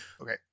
Okay